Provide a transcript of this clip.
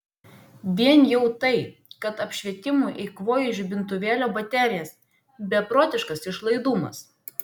vien jau tai kad apšvietimui eikvoju žibintuvėlio baterijas beprotiškas išlaidumas